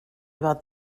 about